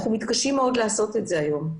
אנחנו מתקשים לעשות זאת היום.